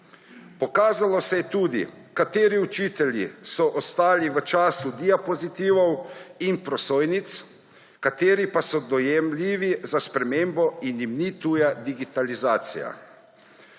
Pokazalo se je tudi, kateri učitelji so ostali v času diapozitivov in prosojnic, kateri pa so dojemljivi za spremembo in jim digitalizacija